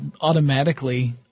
automatically